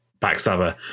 Backstabber